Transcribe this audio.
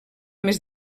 més